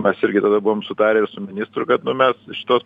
mes irgi tada buvom sutarę ir su ministru kad nu mes šitos